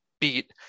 beat